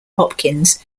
hopkins